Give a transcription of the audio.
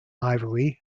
ivory